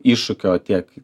iššūkio tiek